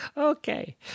Okay